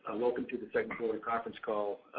ah welcome to the second quarter conference call.